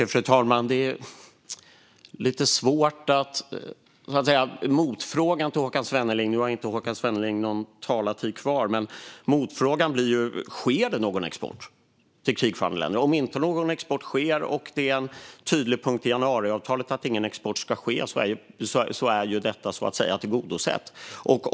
Fru talman! Nu har inte Håkan Svenneling någon replik kvar, men motfrågan blir: Sker det någon export till krigförande länder? Om det inte sker någon export och det är en tydlig punkt i januariavtalet att ingen export ska ske är ju detta tillgodosett.